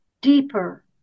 deeper